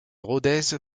rodez